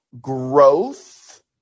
growth